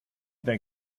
der